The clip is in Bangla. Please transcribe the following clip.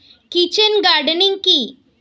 কিচেন গার্ডেনিং কি?